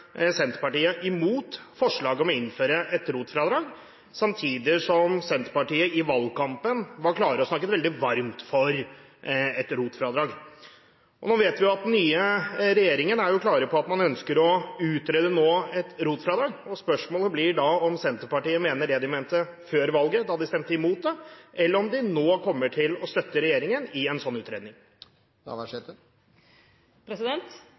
Senterpartiet mot forslaget om å innføre et ROT-fradrag, samtidig som de i valgkampen var klare og snakket veldig varmt for et ROT-fradrag. Vi vet at den nye regjeringen er klar på at den ønsker å utrede et ROT-fradrag. Spørsmålet blir da om Senterpartiet mener det de mente før valget, da de stemte mot dette, eller om de kommer til å støtte regjeringen i en slik utredning.